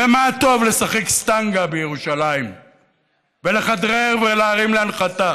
ומה טוב לשחק סטנגה בירושלים ולכדרר ולהרים להנחתה: